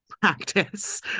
practice